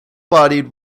bodied